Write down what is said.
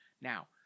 Now